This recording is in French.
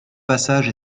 passage